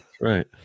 Right